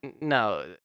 No